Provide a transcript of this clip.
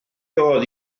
oedd